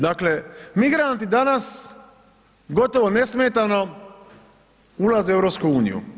Dakle, migranti danas gotovo nesmetano ulaze u EU.